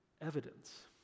evidence